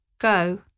Go